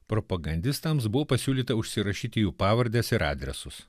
propagandistams buvo pasiūlyta užsirašyti jų pavardes ir adresus